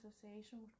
association